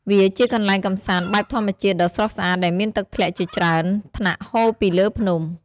វាជាកន្លែងកម្សាន្តបែបធម្មជាតិដ៏ស្រស់ស្អាត ដែលមានទឹកធ្លាក់ជាច្រើនថ្នាក់ហូរពីលើភ្នំ។